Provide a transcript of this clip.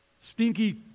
stinky